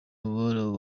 abo